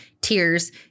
tears